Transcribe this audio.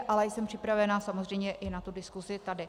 Ale jsem připravená samozřejmě i na tu diskusi tady.